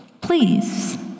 Please